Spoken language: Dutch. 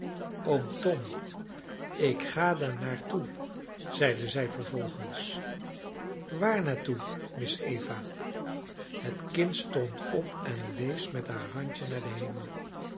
oom tom ik ga daarnaar toe zeide zij vervolgens waar naar toe miss eva het kind stond op en wees met haar handje naar den hemel